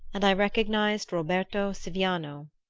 and i recognized roberto siviano.